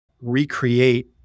recreate